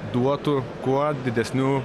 duotų kuo didesnių